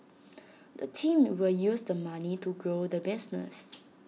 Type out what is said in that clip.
the team will use the money to grow the business